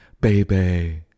baby